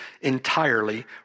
entirely